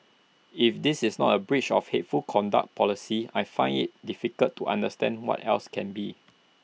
if this is not A breach of hateful conduct policy I find IT difficult to understand what else can be